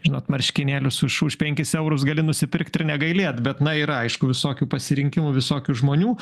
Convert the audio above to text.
žinot marškinėlius už už penkis eurus gali nusipirkti ir negailėt bet na yra aišku visokių pasirinkimų visokių žmonių